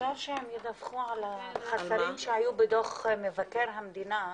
אפשר שהם ידווחו על החסרים שהיו בדוח מבקר המדינה,